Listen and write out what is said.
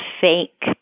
fake